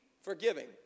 forgiving